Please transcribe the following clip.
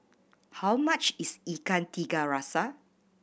how much is Ikan Tiga Rasa